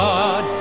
God